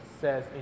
says